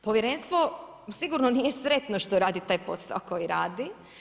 Povjerenstvo sigurno nije sretno što radi taj posao koji radi.